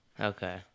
Okay